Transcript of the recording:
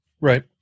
Right